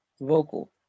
vocal